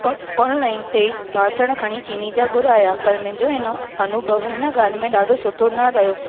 on online ते ई बासण खणी चीनी जा घुराया पर मुंहिंजो हिन अनूभव हिन ॻाल्हि में ॾाढो सुठो न रहियो